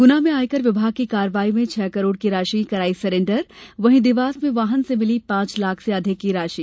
ग्ना में आयकर विभाग की कार्यवाही में छह करोड़ की राशि कराई सरेण्डर वहीं देवास में वाहन से मिली पांच लाख से अधिक की राशि